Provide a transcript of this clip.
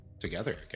together